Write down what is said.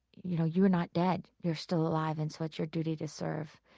you know, you're not dead. you're still alive, and so it's your duty to serve.